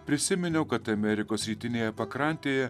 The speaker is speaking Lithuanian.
prisiminiau kad amerikos rytinėje pakrantėje